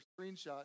screenshot